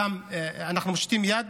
אנחנו מושיטים יד,